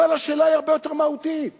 אבל השאלה היא הרבה יותר מהותית בעיני.